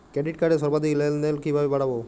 Credit কার্ডের সর্বাধিক লেনদেন কিভাবে বাড়াবো?